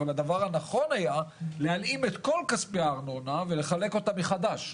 אבל הדבר הנכון היה להלאים את כל כספי הארנונה ולחלק אותם מחדש.